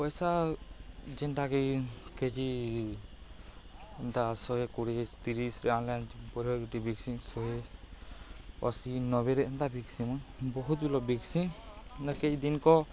ପଇସା ଯେନ୍ତା କି କେଜି ଏନ୍ତା ଶହେ କୋଡ଼ିଏଶ ତିରିଶରେ ଆଣିଲଣି ପଢ଼ହଠି ବିକ୍ସି ଶହେ ଅଶୀ ନବେରେ ଏନ୍ତା ବିକ୍ସି ମ ବହୁତଲ ବିକ୍ସି ଏନ୍ତା କେଜି ଦିନକ